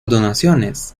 donaciones